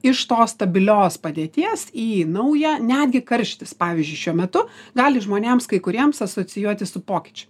iš tos stabilios padėties į naują netgi karštis pavyzdžiui šiuo metu gali žmonėms kai kuriems asocijuotis su pokyčiu